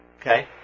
Okay